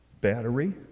battery